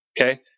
Okay